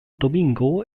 domingo